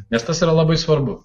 nes tas yra labai svarbu